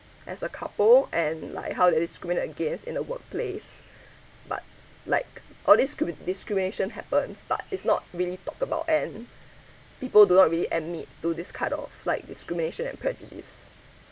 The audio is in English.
as a couple and like how they discriminate against in a workplace but like all these could be discrimination happens but it's not really talked about and people do not really admit to this kind of like discrimination and prejudice